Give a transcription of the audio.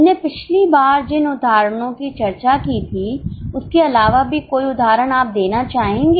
हमने पिछली बार जिन उदाहरणों की चर्चा की थी उसके अलावा भी कोई उदाहरण आप देना चाहेंगे